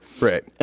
Right